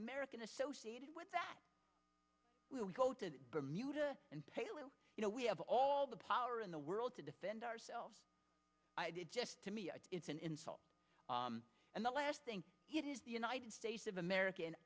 american associated with that we would go to bermuda and pay a little you know we have all the power in the world to defend ourselves just to me it's an insult and the last thing it is the united states of america